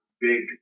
big